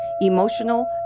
emotional